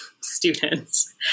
students